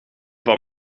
van